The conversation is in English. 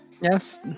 Yes